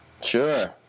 Sure